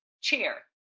chair